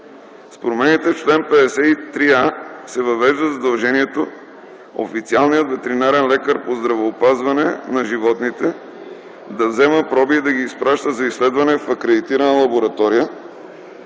С промените в чл. 53а се въвежда задължението официалният ветеринарен лекар по здравеопазване на животните да взема проби и да ги изпраща за изследване в акредитирана лаборатория,